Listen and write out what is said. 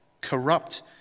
corrupt